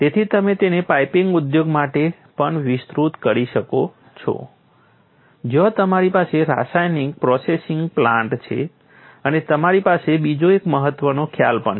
તેથી તમે તેને પાઇપિંગ ઉદ્યોગ માટે પણ વિસ્તૃત કરી શકો છો જ્યાં તમારી પાસે રાસાયણિક પ્રોસેસિંગ પ્લાન્ટ્સ છે અને તમારી પાસે બીજો એક મહત્વપૂર્ણ ખ્યાલ પણ છે